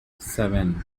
seven